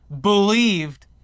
believed